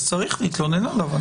צריך להתלונן עליו.